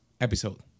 episode